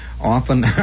often